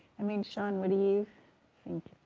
i mean, sean, what you think